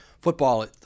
Football